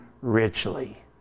richly